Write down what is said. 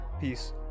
Peace